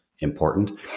important